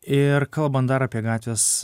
ir kalbant dar apie gatvės